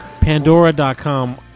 Pandora.com